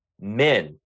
men